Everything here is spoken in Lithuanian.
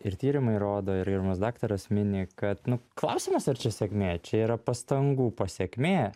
ir tyrimai rodo ir mums daktaras mini kad nu klausimas ar čia sėkmė čia yra pastangų pasekmė